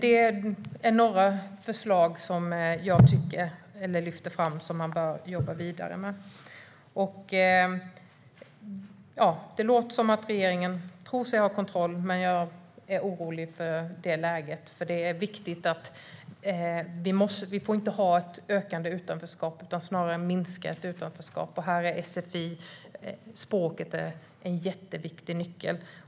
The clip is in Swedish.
Det är några förslag som jag lyfte fram som man bör jobba vidare med. Det låter som att regeringen tror sig ha kontroll. Men jag är orolig för läget. Vi får inte ha ett ökande utanförskap utan ska snarare ha ett minskat utanförskap. Här är sfi och språket en mycket viktig nyckel.